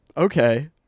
Okay